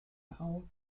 how